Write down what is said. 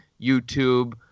YouTube